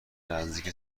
نزدیک